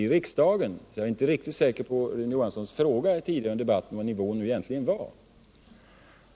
Därför är jag inte riktigt säker på vad Rune Johansson menade med sin fråga tidigare i debatten om vad nivån egentligen var.